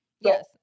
Yes